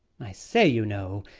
i say, you know,